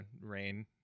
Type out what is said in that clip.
rain